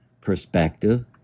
perspective